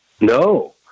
No